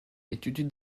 étudie